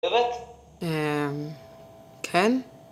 ‫באמת? ‫-אממ... כן.